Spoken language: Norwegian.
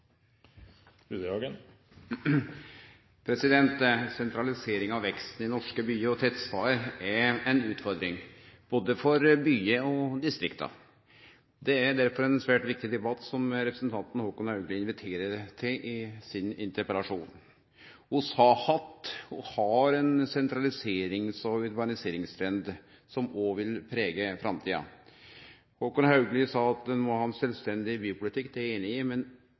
utfordring både for byane og distrikta. Det er derfor ein svært viktig debatt som representanten Håkon Haugli inviterer til med sin interpellasjon. Vi har hatt og har ein sentraliserings- og urbaniseringstrend, som òg vil prege framtida. Håkon Haugli sa at ein må ha ein sjølvstendig bypolitikk. Det er eg einig i, men